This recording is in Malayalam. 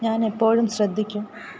ഞാൻ എപ്പോഴും ശ്രദ്ധിക്കും